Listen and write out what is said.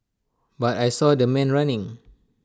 but I saw the man running